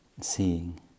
seeing